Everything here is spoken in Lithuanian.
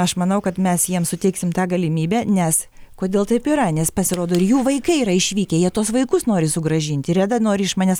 aš manau kad mes jiems suteiksim tą galimybę nes kodėl taip yra nes pasirodo ir jų vaikai yra išvykę jie tuos vaikus nori sugrąžinti reda nori iš manęs